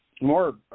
more